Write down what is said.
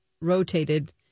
rotated